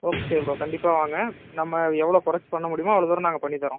okay bro கண்டிப்பாகவ வாங்க நம்ம எவ்வளோ குறைச்சி பண்ண முடியுமோ அவ்வளோ தூரம் நாங்கள் பண்ணித் தரோம்